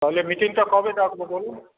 তাহলে মিটিংটা কবে ডাকবো বলুন